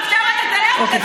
עכשיו אתה תלך ותצביע נגד, נכון?